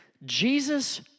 Jesus